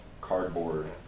cardboard